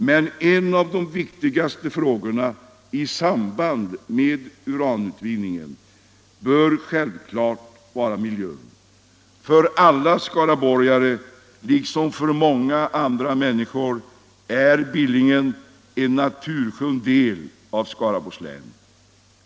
Men en av de viktigaste frågorna i samband med uranutvinningen bör självfallet vara miljön. För alla skaraborgare liksom för många andra människor är Billingen en naturskön del av Skaraborgs län.